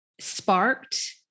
sparked